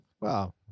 Wow